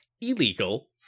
illegal